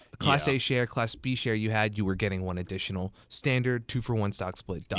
class a share, class b share you had, you were getting one additional. standard, two for one stock split.